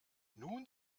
nun